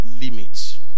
limits